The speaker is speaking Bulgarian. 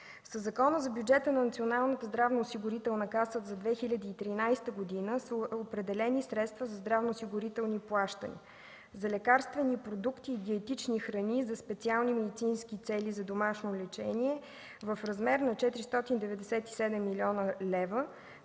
Закона за бюджета на Националната здравноосигурителна каса за 2013 г. са определени средства за здравноосигурителни плащания, за лекарствени продукти и диетични храни за специални медицински цели за домашно лечение в размер на 497 млн. лв.